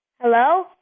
Hello